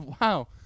Wow